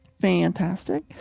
Fantastic